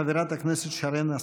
חברת הכנסת שרן השכל.